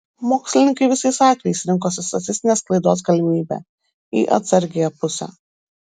mokslininkai visais atvejais rinkosi statistinės klaidos galimybę į atsargiąją pusę